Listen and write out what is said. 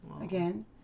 again